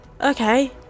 Okay